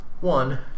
one